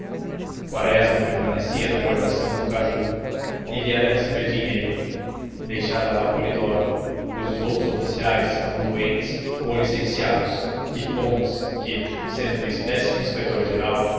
quaresma permanecia de guarnição no caju e viera receber dinheiro deixara lá polidoro pois os outros oficiais estavam doentes ou licenciados e fontes que sendo uma espécie de